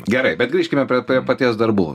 gerai bet grįžkime prie paties darbų